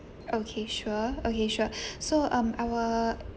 okay sure okay sure so um our